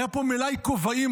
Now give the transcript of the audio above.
היה פה מלאי כובעים,